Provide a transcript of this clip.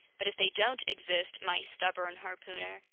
but if they don't exist, my stubborn harpooner,